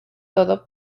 todo